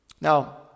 Now